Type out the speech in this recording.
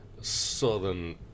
southern